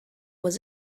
was